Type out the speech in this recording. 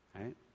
Right